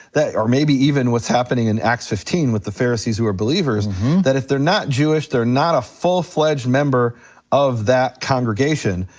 or maybe even what's happening in acts fifteen with the pharisees who are believers that if they're not jewish, they're not a full fledged member of that congregation.